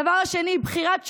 הדבר השני: בחירת שופטים,